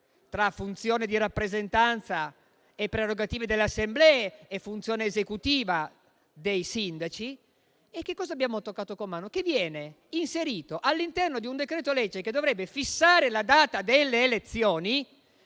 tra funzione di rappresentanza e prerogative delle assemblee e funzione esecutiva dei sindaci. Abbiamo toccato con mano che viene inserito, all'interno di un decreto-legge che dovrebbe fissare la data delle elezioni